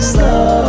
Slow